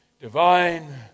Divine